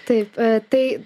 taip tai